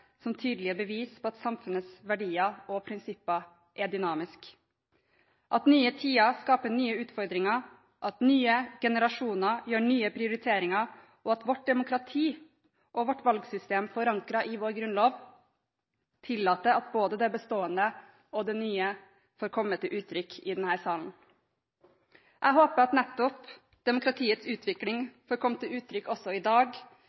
som et tydelig bevis på at samfunnets verdier og prinsipper er dynamiske, at nye tider skaper nye utfordringer, at nye generasjoner gjør nye prioriteringer, og at vårt demokrati og vårt valgsystem, forankret i vår grunnlov, tillater at både det bestående og det nye får komme til uttrykk i denne salen. Jeg håper at nettopp demokratiets utvikling får komme til uttrykk også i dag,